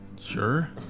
sure